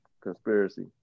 Conspiracy